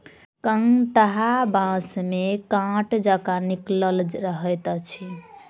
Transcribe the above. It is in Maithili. कंटहा बाँस मे काँट जकाँ निकलल रहैत अछि